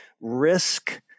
risk